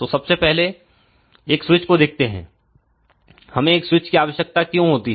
तो सबसे पहले एक स्विच को देखते हैं हमें एक स्विच की आवश्यकता क्यों होती है